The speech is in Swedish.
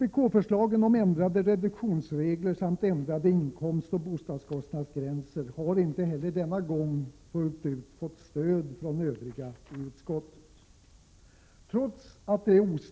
Vpk-förslagen om ändrade reduktionsregler samt ändrade inkomstoch bostadskostnadsgränser har inte heller denna gång fullt ut fått stöd från övriga ledamöter i utskottet.